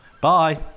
Bye